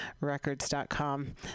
Records.com